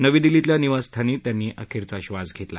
नवी दिल्लीतल्या निवासस्थानी त्यांनी अखेरचा श्वास घेतला